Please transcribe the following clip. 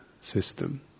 system